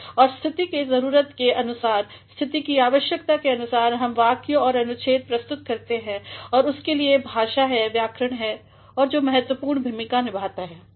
और स्थिति के जरुरत के अनुसार स्थिति के आवश्यकता के अनुसार हमें वाक्य और अनुच्छेद प्रस्तुत करने हैं और उसके लिए भाषा है व्याकरण है जो महत्वपूर्ण भूमिका निभाताहै